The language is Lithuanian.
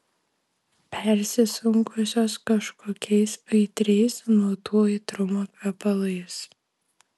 persisunkusios kažkokiais aitriais nuodų aitrumo kvepalais